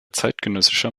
zeitgenössischer